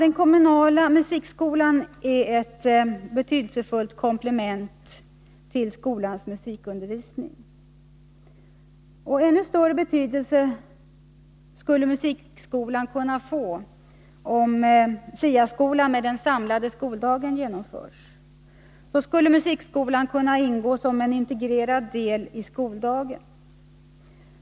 Den kommunala musikskolan är ett betydelsefullt komplement till skolans musikundervisning. Ännu större betydelse skulle musikskolan kunna få om SIA-skolan med den samlade skoldagen genomfördes. Då skulle musikskolan kunna ingå som en integrerad del i skoldagen.